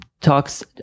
talks